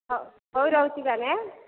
ହଉ ହଉ ରହୁଛି ତା'ହେଲେ ହାଁ